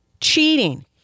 cheating